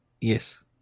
Yes